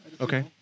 Okay